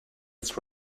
its